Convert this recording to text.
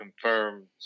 confirmed